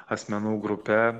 asmenų grupe